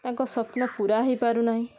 ତାଙ୍କ ସ୍ୱପ୍ନ ପୁରା ହେଇ ପାରୁନାହିଁ